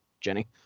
Jenny